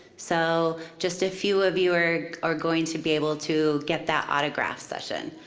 so, just a few of you are are going to be able to get that autograph session.